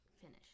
finish